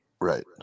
Right